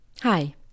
Hi